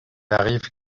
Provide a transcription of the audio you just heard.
arrive